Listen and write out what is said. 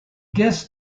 guest